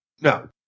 No